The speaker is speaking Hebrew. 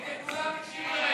הינה, כולם הקשיבו,